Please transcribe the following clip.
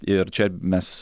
ir čia mes